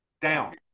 down